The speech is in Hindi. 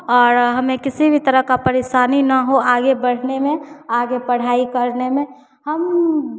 और हमें किसी भी तरह की परेशानी न हो आगे बढ़ने में आगे पढ़ाई करने में हम